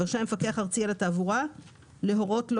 רשאי המפקח הארצי על התעבורה להורות לו